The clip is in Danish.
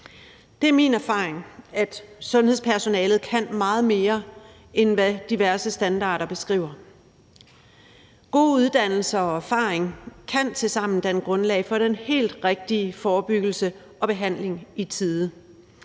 Det er min erfaring, at sundhedspersonalet kan meget mere, end hvad diverse standarder beskriver. Gode uddannelser og erfaring kan tilsammen danne grundlag for den helt rigtige forebyggelse og behandling i tide.